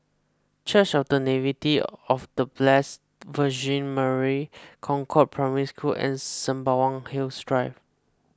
Church of the of the Blessed Virgin Mary Concord Primary School and Sembawang Hills Drive